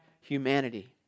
humanity